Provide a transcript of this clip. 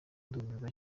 ndumirwa